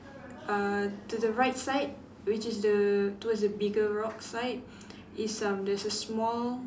uh to the right side which is the towards the bigger rocks side is um there's a small